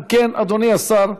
אם כן, אדוני השר ישיב,